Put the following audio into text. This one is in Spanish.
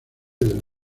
del